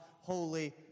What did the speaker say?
holy